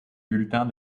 bulletin